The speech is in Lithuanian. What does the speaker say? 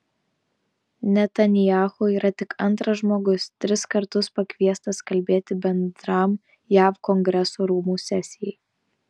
netanyahu yra tik antras žmogus tris kartus pakviestas kalbėti bendram jav kongreso rūmų sesijai